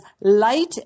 light